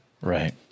Right